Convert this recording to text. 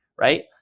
right